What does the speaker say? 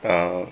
uh